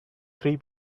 three